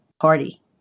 party